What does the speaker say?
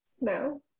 No